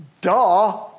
duh